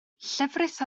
llefrith